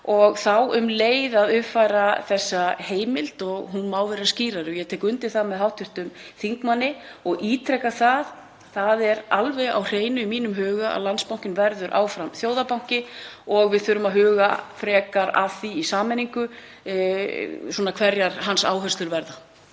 og þá um leið að uppfæra þessa heimild, hún má vera skýrari. Ég tek undir það með hv. þingmanni og ítreka það að það er alveg á hreinu í mínum huga að Landsbankinn verður áfram þjóðarbanki og við þurfum að huga frekar að því í sameiningu hverjar hans áherslur verða.